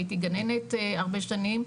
הייתי גננת הרבה שנים,